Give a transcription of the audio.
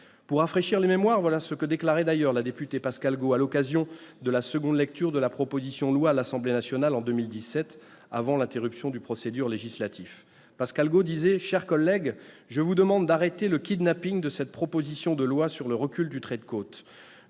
Pour rafraîchir les mémoires, voilà ce que déclarait d'ailleurs la députée Pascale Got à l'occasion de la seconde lecture de la proposition de loi à l'Assemblée nationale, en 2017, avant l'interruption du processus législatif :« Chers collègues, je vous demande d'arrêter le kidnapping de cette proposition de loi sur le recul du trait de côte.